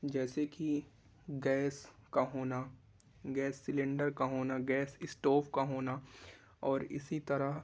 جیسے کہ گیس کا ہونا گیس سلینڈر کا ہونا گیس اسٹوو کا ہونا اور اسی طرح